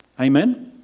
Amen